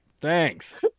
Thanks